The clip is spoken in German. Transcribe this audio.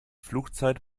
flugzeit